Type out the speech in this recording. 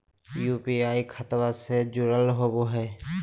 UPI खतबा से जुरल होवे हय?